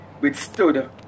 withstood